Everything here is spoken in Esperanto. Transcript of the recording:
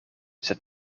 sed